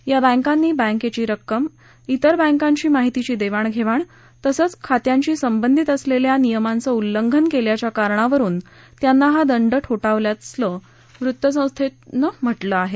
या बँकांनी बँकेची रक्कम तेर बँकांशी माहितीची देवाणघेवाण तसंच खात्यांशी संबधित असलेल्या नियंमाचं उल्लंघन केल्याच्या कारणावरून त्यांना हा दंड ठोठावला असल्याचं वृत्तसंस्थेच्या बातमीत म्हटलं आहे